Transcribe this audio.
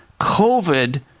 COVID